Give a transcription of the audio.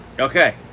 Okay